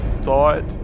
thought